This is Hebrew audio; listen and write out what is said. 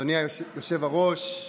אדוני היושב-ראש.